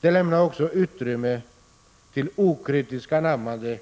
Den lämnar också utrymme för okritiskt anammande